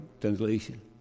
translation